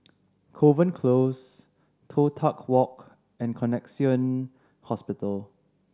Kovan Close Toh Tuck Walk and Connexion Hospital